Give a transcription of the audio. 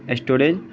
storage